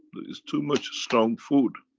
there is too much strong food,